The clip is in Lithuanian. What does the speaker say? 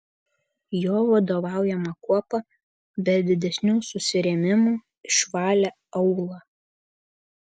jo vadovaujama kuopa be didesnių susirėmimų išvalė aūlą